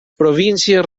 províncies